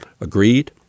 agreed